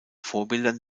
vorbildern